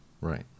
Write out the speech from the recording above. Right